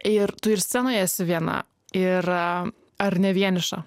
ir tu ir scenoj esi viena ir ar ne vieniša